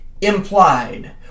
implied